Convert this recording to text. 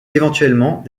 éventuellement